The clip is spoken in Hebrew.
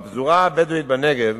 בפזורה הבדואית בנגב